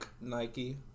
Nike